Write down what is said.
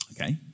Okay